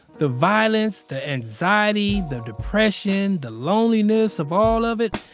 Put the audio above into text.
the violence, the anxiety, the depression, the loneliness of all of it.